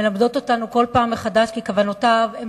מלמדת אותנו כל פעם מחדש כי כוונותיו הן